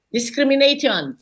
Discrimination